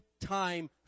time